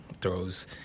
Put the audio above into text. throws